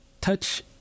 touch